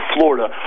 Florida